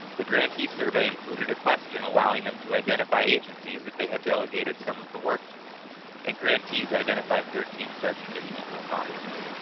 the grantee survey included a question allowing them to identify agencies that they had delegated some of the work to and grantees identified thirteen such additional respondents.